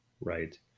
right